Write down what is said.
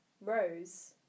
Rose